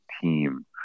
team